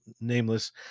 nameless